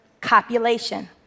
copulation